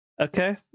Okay